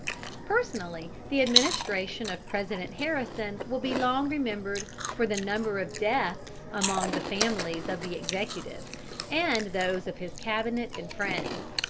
personally, the administration of president harrison will be long remembered for the number of deaths among the families of the executive and those of his cabinet and friends.